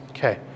Okay